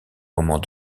moment